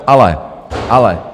Ale, ale...